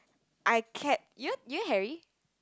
I kept you know you know Harry